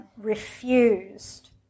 refused